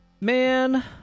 Man